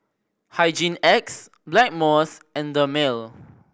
Hygin X Blackmores and Dermale